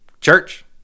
church